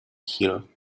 here